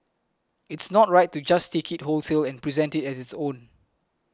it's not right to just take it wholesale and present it as its own